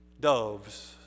doves